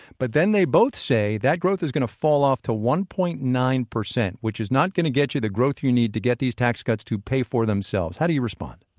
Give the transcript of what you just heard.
but then they both say that growth is going to fall off to one point nine percent, which is not going to get you the growth you need to get these tax cuts to pay for themselves. how do you respond?